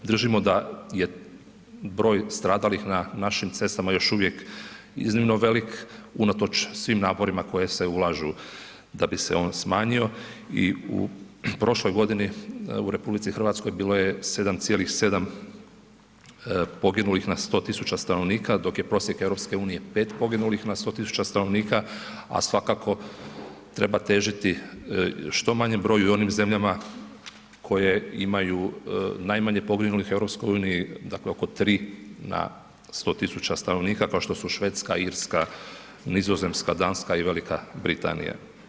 Držimo da je broj stradalih na našim cestama još uvijek iznimno velik unatoč svim naporima koji se ulažu da bi se on smanjio i u prošloj godini u RH bilo je 7,7 poginulih na 100.000 stanovnika dok je prosjek EU 5 poginulih na 100.000 stanovnika, a svakako treba težiti što manjem broju i onim zemljama koje imaju najmanje poginulih u EU dakle oko 3 na 100.000 stanovnika kao što su Švedska, Irska, Nizozemska, Danska i Velika Britanija.